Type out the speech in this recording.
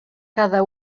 cada